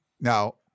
now